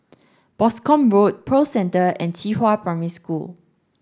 Boscombe Road Pearl Centre and Qihua Primary School